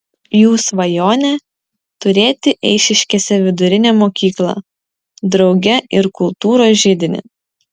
jų svajonė turėti eišiškėse vidurinę mokyklą drauge ir kultūros židinį